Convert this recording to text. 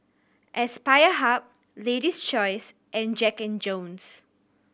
Aspire Hub Lady's Choice and Jack and Jones